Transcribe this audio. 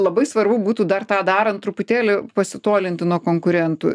labai svarbu būtų dar tą darant truputėlį pasitolinti nuo konkurentų